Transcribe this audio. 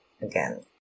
again